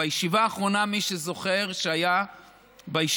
בישיבה האחרונה, מי שזוכר, מי שהיה בישיבה,